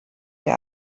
der